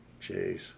Jeez